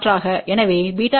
எனவேβlπ2